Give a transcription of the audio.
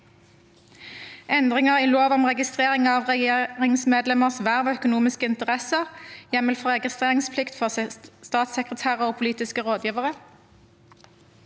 Endringer i lov om registrering av regjeringsmedlemmers verv og økonomiske interesser (hjem mel for registreringsplikt for statssekretærer og politiske rådgivere)